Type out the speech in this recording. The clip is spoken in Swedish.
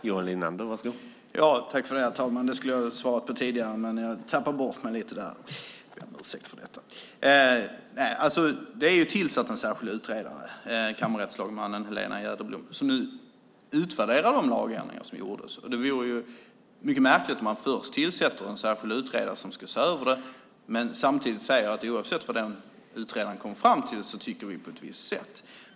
Herr talman! Den frågan skulle jag tidigare ha svarat på, men jag tappade bort mig lite grann där. Jag ber om ursäkt för det. En särskild utredare är tillsatt, kammarrättslagman Helena Jäderblom, som nu utvärderar de lagändringar som gjorts. Det vore mycket märkligt att tillsätta en särskild utredare som ska göra en översyn och att samtidigt säga: Oavsett vad utredaren kommer fram till tycker vi på ett visst sätt.